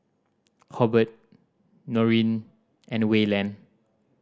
Hobert Norene and Wayland